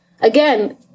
Again